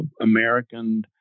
American